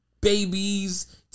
babies